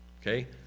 Okay